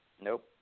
Nope